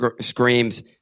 screams